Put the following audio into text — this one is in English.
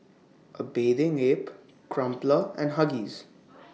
A Bathing Ape Crumpler and Huggies